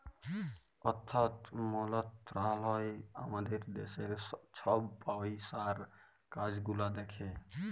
অথ্থ মলত্রলালয় আমাদের দ্যাশের ছব পইসার কাজ গুলা দ্যাখে